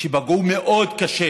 שפגעו מאוד קשה